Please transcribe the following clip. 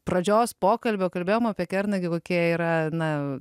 pradžios pokalbio kalbėjimo apie kernagį kokia yra na